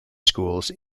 schools